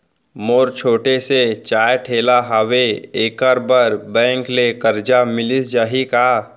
मोर छोटे से चाय ठेला हावे एखर बर बैंक ले करजा मिलिस जाही का?